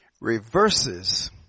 Reverses